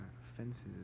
fences